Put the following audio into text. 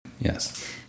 Yes